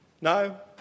No